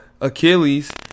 Achilles